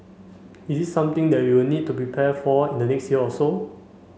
is this something that we would need to be prepared for in the next year or so